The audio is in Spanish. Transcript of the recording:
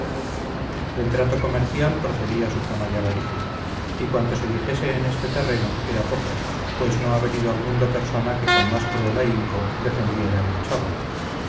del trato comercial procedía su fama de avaricia y cuanto se dijese en este terreno era poco pues no ha venido al mundo persona que con más cruel ahínco defendiera el ochavo